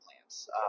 plants